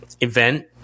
event